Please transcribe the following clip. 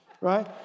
Right